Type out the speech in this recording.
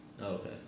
Okay